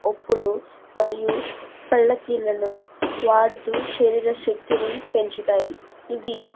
ఒప్పులు మరియు పళ్ళకీళ్ళను వాడుతూ శరీర శక్తిని పెంచుతాయి ఇది